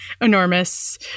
enormous